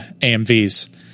AMVs